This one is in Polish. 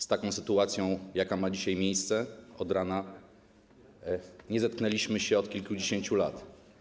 Z taką sytuacją, jaka ma dzisiaj miejsce od rana, nie zetknęliśmy się od kilkudziesięciu lat.